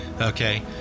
okay